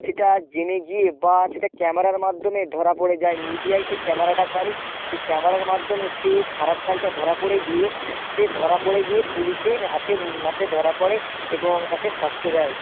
সেটা জেনে গিয়ে বা সেটা ক্যামেরার মাধ্যমে ধরা পড়ে যায় মিডিয়াই সেই ক্যামেরাটা করে সেই ক্যামেরার মাধ্যমে সে খারাপ কাজটা ধরা পড়ে গিয়ে সে ধরা পড়ে গিয়ে পুলিশের হাতেনাতে ধরা পড়ে এবং তাকে শাস্তি দেয়